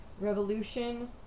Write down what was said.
revolution